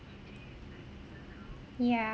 ya